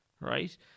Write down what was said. right